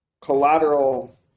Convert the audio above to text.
collateral